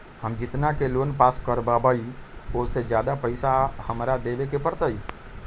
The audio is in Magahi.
हम जितना के लोन पास कर बाबई ओ से ज्यादा पैसा हमरा देवे के पड़तई?